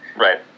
Right